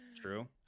True